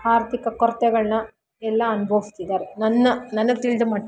ಆರ್ಥಿಕ ಕೊರತೆಗಳನ್ನ ಎಲ್ಲ ಅನ್ಭವಿಸ್ತಿದ್ದಾರೆ ನನ್ನ ನನಗೆ ತಿಳಿದಮಟ್ಟಿಗೆ